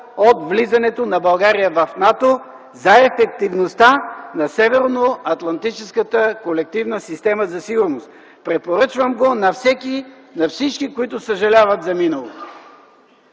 от влизането на България в НАТО, за ефективността на североатлантическата колективна система за сигурност. Препоръчвам го на всички, които съжаляват за миналото.